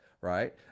right